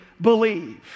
believe